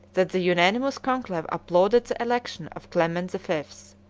that the unanimous conclave applauded the elevation of clement the fifth.